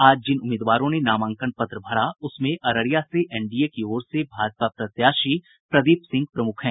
आज जिन उम्मीदवारों ने नामांकन पत्र भरा उसमें अररिया से एनडीए की ओर से भाजपा प्रत्याशी प्रदीप सिंह प्रमुख हैं